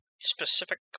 specific